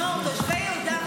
חברת הכנסת שלי.